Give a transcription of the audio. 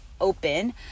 open